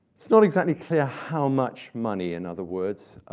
it's not exactly clear how much money, in other words,